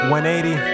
180